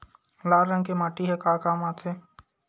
लाल रंग के माटी ह का काम आथे?